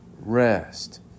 rest